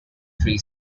three